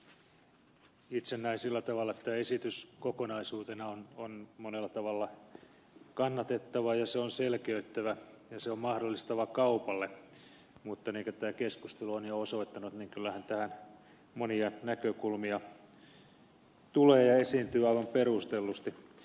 itse näen sillä tavalla että esitys kokonaisuutena on monella tavalla kannatettava ja se on selkeyttävä ja se on mahdollistava kaupalle mutta niin kuin tämä keskustelu on jo osoittanut niin kyllähän tähän monia näkökulmia tulee ja esiintyy aivan perustellusti